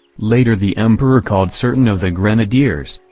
later the emperor called certain of the grenadiers,